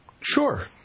Sure